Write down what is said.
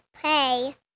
play